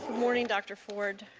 morning, dr ford.